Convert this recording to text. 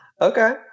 Okay